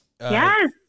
Yes